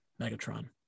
Megatron